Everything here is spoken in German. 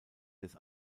des